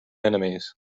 enemies